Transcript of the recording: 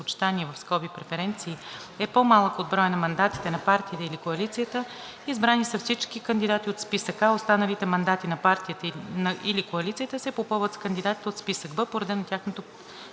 предпочитания (преференции) е по-малък от броя на мандатите на партията или коалицията, избрани са всички кандидати от списък А. Останалите мандати на партията или коалицията се попълват с кандидатите от списък Б по реда на тяхното